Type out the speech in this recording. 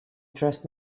dressed